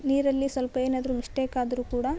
ನೀರಲ್ಲಿ ಸ್ವಲ್ಪ ಏನಾದರು ಮಿಸ್ಟೇಕ್ ಆದರು ಕೂಡ